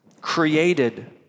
created